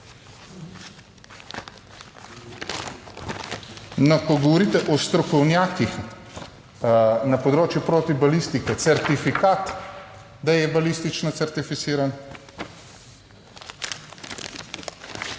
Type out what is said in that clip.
No, ko govorite o strokovnjakih na področju proti balistike certifikat, da je balistično certificiran,